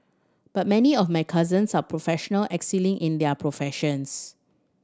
but many of my cousins are professional excelling in their professions